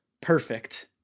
perfect